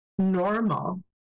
normal